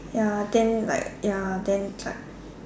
ya then like ya then like